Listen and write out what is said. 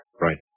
Right